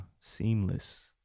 seamless